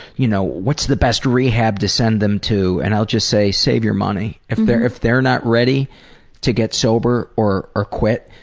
you know what's the best rehab to send them to? and i'll just say save your money. if they're if they're not ready to get sober or or quit,